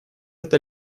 это